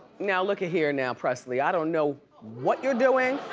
now look here now, presley, i don't know what you're doing.